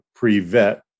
pre-vet